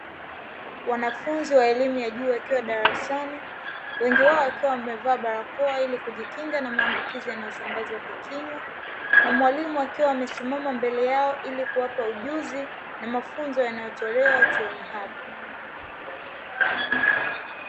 Wanafunzi wa elimu ya juu wakiwa darasani, wengi wao wakiwa wamevaa barakoa ili kujikinga na maambukizi yanayosambazwa kwa kinywa, na mwalimu akiwa amesimama mbele yao ili kuwapa ujuzi, na mafunzo yanayotolewa chuoni hapo.